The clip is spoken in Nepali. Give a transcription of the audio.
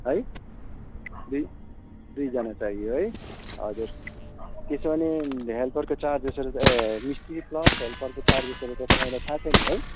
है दुई दुईजना चाहियो है हजुर त्यसो भने हेल्परको चार्जेसहरू ए मिस्त्री प्लस हेल्परको चार्जेसहरू त तपाईँलाई थाहा छ नि है